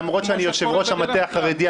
למרות שאני יושב-ראש המטה החרדי,